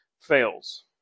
fails